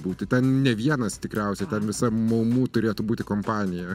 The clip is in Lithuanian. būti ne vienas tikriausiai ten visa maumų turėtų būti kompanija